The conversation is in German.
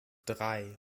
drei